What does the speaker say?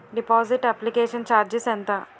Deposit application charges ఎంత?